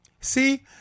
See